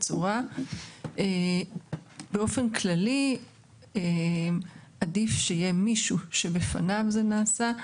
כאשר עדיף שיהיה מישהו שבפניו זה נעשה.